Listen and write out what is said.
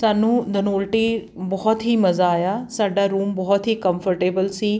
ਸਾਨੂੰ ਦਨੋਲਟੀ ਬਹੁਤ ਹੀ ਮਜ਼ਾ ਆਇਆ ਸਾਡਾ ਰੂਮ ਬਹੁਤ ਹੀ ਕੰਫਰਟੇਬਲ ਸੀ